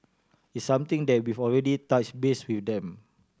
it's something that we've already touched base with them